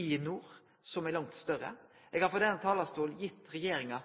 i nord som er langt større. Eg har frå denne talarstolen gitt regjeringa